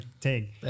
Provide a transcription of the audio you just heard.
take